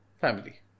family